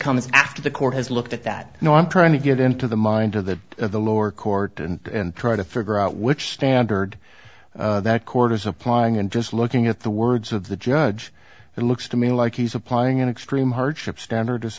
after the court has looked at that and i'm trying to get into the mind of the of the lower court and try to figure out which standard that courters applying and just looking at the words of the judge it looks to me like he's applying an extreme hardship standard